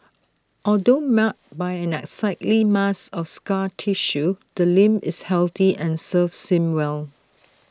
although marred by an unsightly mass of scar tissue the limb is healthy and serves him well